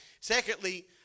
Secondly